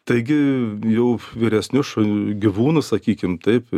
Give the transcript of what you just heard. taigi jau vyresnius šu gyvūnus sakykim taip